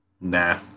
Nah